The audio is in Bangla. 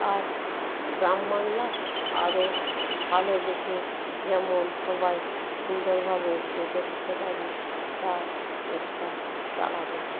আর গ্রাম বাংলা আরো ভালো দেখে যেমন সবাই সুন্দরভাবে বেঁচে থাকতে পারি তার চেষ্টা চালাতে থাকি